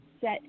set